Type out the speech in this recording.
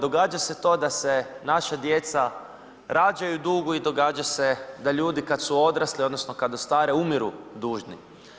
Događa se to da se naša djeca rađaju u dugu i događa se da ljudi kada su odrasli odnosno kada ostare umiru dužni.